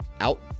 out